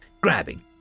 grabbing